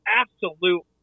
absolute